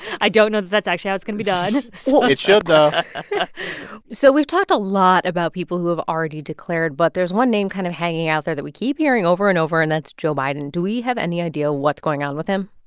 i don't know that that's actually how it's actually going to be done so it should, though so we've talked a lot about people who have already declared. but there's one name kind of hanging out there that we keep hearing over and over, and that's joe biden. do we have any idea what's going on with him?